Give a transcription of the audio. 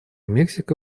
мексика